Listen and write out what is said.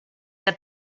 que